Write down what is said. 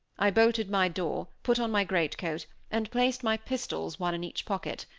i bolted my door, put on my greatcoat, and placed my pistols one each pocket.